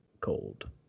cold